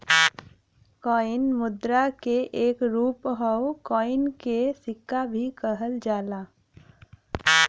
coin मुद्रा क एक रूप हौ कॉइन के सिक्का भी कहल जाला